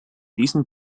diesen